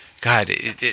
God